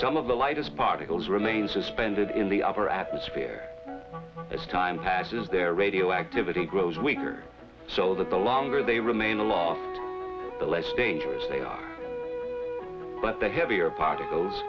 some of the lightest particles remain suspended in the upper atmosphere as time passes their radioactivity grows weaker so that the longer they remain a lot the less dangerous they are but the heavier particles